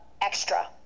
extra